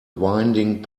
winding